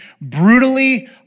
brutally